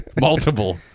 Multiple